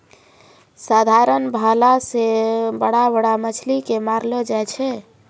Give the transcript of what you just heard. साधारण भाला से बड़ा बड़ा मछली के मारलो जाय छै